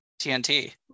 TNT